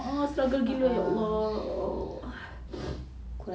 a'ah struggle gila ya allah